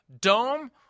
dome